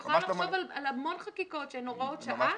אני יכולה לחשוב על המון חקיקות שהן הוראות שעה,